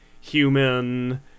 human